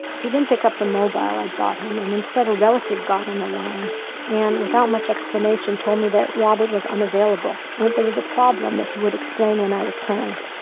he didn't pick up the mobile i had bought him and instead a relative got on the line and, without much explanation, told me that robert was unavailable, and that there was a problem he would explain when i returned